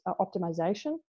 optimization